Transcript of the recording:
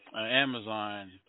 Amazon